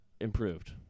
improved